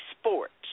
sports